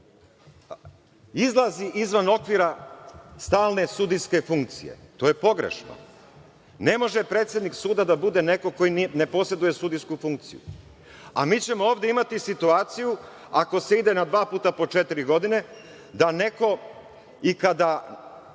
izlazi izvan okvira stalne sudijske funkcije. To je pogrešno. Ne može predsednik suda da bude neko ko ne poseduje sudijsku funkciju. Mi ćemo ovde imati situaciju, ako se ide na dva puta po četiri godine, da neko i kada